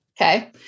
Okay